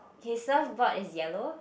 his surfboard board is yellow